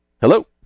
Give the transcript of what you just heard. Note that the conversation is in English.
Hello